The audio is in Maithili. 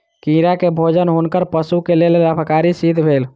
कीड़ा के भोजन हुनकर पशु के लेल लाभकारी सिद्ध भेल